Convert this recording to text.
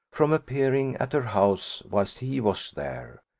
from appearing at her house whilst he was there,